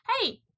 Hey